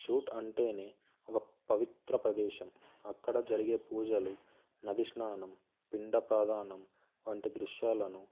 shoot అంటేనే ఒక పవిత్ర ప్రదేశం అక్కడ జరిగే పూజలు నది స్నానం పిండ ప్రధానం వంటి దృశ్యాలను